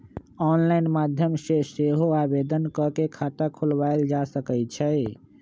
online माध्यम से सेहो आवेदन कऽ के खता खोलायल जा सकइ छइ